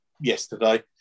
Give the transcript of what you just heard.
yesterday